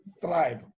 tribe